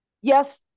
yes